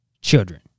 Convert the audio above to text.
children